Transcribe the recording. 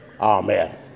Amen